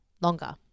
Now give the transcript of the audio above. longer